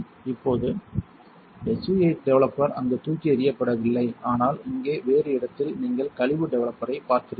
இப்போது SU 8 developer அங்கு தூக்கி எறியப்படவில்லை ஆனால் இங்கே வேறு இடத்தில் நீங்கள் கழிவு டெவலப்பரைப் பார்க்கிறீர்கள்